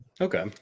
Okay